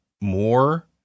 more